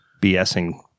BSing